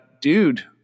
dude